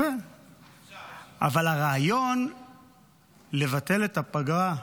אבל הרעיון לבטל את הפגרה,